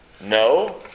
No